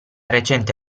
recente